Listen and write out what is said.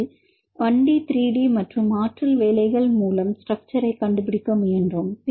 அதில்1D3D மற்றும் ஆற்றல் வேலைகள் மூலம் ஸ்ட்ரக்ச்சர்கண்டுபிடிக்க முயன்றோம்